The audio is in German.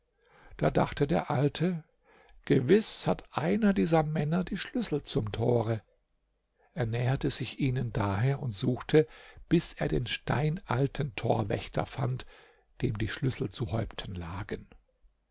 da dachte der alte gewiß hat einer dieser männer die schlüssel zum tore er näherte sich ihnen daher und suchte bis er den steinalten torwächter fand dem die schlüssel zu häupten lagen